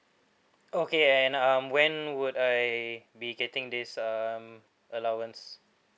okay and um when would I be getting this um allowance